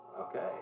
Okay